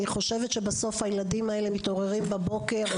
חושבת שבסוף הילדים האלה מתעוררים בבוקר,